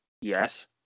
Yes